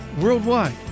worldwide